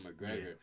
McGregor